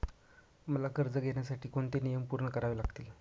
मला कर्ज घेण्यासाठी कोणते नियम पूर्ण करावे लागतील?